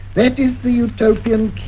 that is the utopian